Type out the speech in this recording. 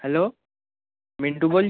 hello Mintu বোল